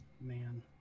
Man